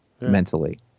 mentally